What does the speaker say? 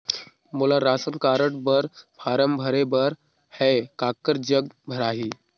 मोला ration card बर form भरे बर हे काकर जग भराही?